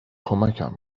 کمکم